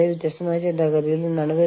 മാതൃരാജ്യത്തിന്റെ നിയമങ്ങൾ ബാധകമാകുമോ